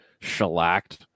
shellacked